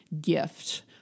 gift